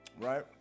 right